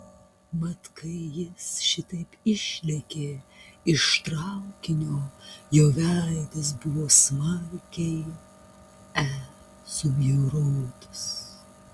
mat kai jis šitaip išlėkė iš traukinio jo veidas buvo smarkiai e subjaurotas